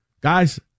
guys